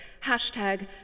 hashtag